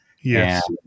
Yes